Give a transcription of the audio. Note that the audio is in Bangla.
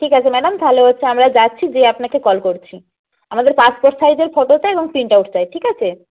ঠিক আছে ম্যাডাম তাহলে হচ্ছে আমরা যাচ্ছি যেয়ে আপনাকে কল করছি আমাদের পাসপোর্ট সাইজের ফটো চাই এবং প্রিন্ট আউট চাই ঠিক আছে